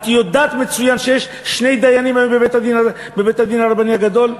את יודעת מצוין שיש שני דיינים היום בבית-הדין הרבני הגדול.